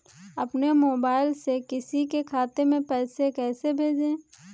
अपने मोबाइल से किसी के खाते में पैसे कैसे भेजें?